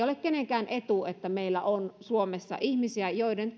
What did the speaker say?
ole kenenkään etu että meillä on suomessa ihmisiä joiden